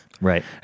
right